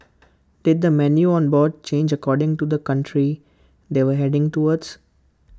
did the menu on board change according to the country they were heading towards